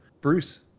bruce